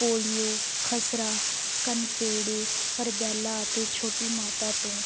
polio ਖਸਰਾ ਕਨਪੇੜੇ ਹਰਬੈਲਾ ਅਤੇ ਛੋਟੀ ਮਾਤਾ ਤੋਂ